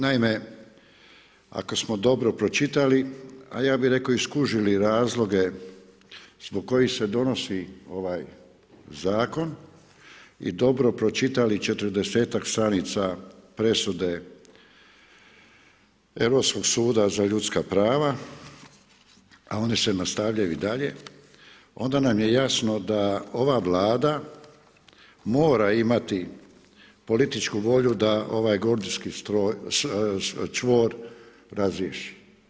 Naime, ako smo dobro pročitali, a ja bih rekao i skužili razloge zbog kojih se donosi ovaj zakon i dobro pročitali četrdesetak stranica presude Europskog suda za ljudska prava, a one se nastavljaju i dalje, onda nam je jasno da ova Vlada mora imati političku volju da ovaj gordijski čvor razriješi.